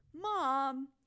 Mom